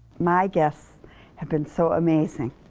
my guests have been so amazing. oh.